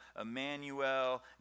Emmanuel